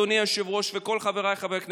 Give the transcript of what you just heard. אדוני היושב-ראש וכל חבריי חברי הכנסת,